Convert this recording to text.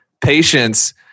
patience